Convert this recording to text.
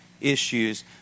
issues